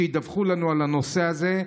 שידווחו לנו על הנושא הזה,